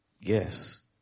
yes